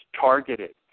targeted